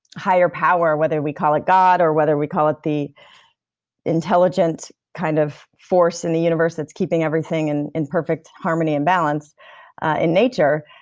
higher power, whether we call it god, or whether we call it the intelligent kind of force in the universe that's keeping everything and in perfect harmony and balance in nature,